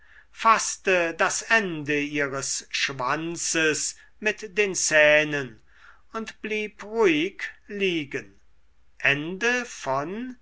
faßte das ende ihres schwanzes mit den zähnen und blieb ruhig liegen